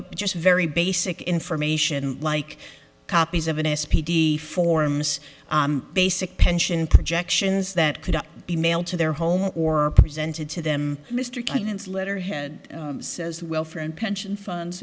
up just very basic information like copies of an s p deforms basic pension projections that could be mailed to their home or are presented to them mr cannon's letterhead says well for and pension funds